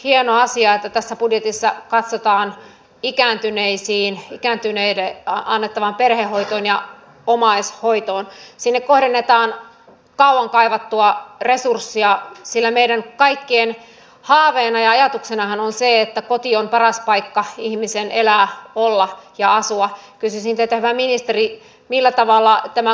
hieno asia että tässä budjetissa katsotaan ikääntyneisiin lisäksi suomen elokuva ja omaishoitoon sinne painetaan talon kaivattua resurssia sillä meidän av osaaminen ja yleinen kulttuuriosaaminen saisi mahdollisuuden kehittyä yhä korkeammalle tasolle ja myös kulttuurialan työllisyys paranisi